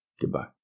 goodbye